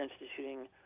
instituting